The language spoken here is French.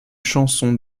chanson